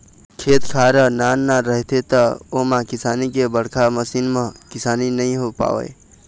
खेत खार ह नान नान रहिथे त ओमा किसानी के बड़का मसीन म किसानी नइ हो पावय